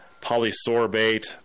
polysorbate